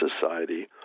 society